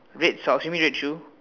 red socks you mean red shoe